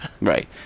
Right